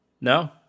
No